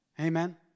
Amen